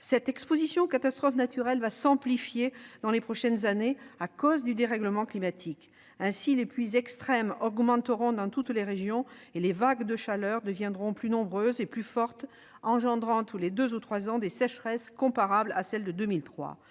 Cette exposition aux catastrophes naturelles va s'amplifier dans les prochaines années à cause du dérèglement climatique. Ainsi, les pluies extrêmes augmenteront dans toutes les régions et les vagues de chaleur deviendront plus nombreuses et plus fortes, engendrant tous les deux ou trois ans des sécheresses comparables à celle de 2003.